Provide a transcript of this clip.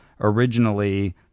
originally